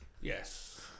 Yes